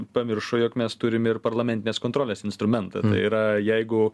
pamiršo jog mes turim ir parlamentinės kontrolės instrumentą tai yra jeigu